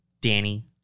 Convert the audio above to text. Danny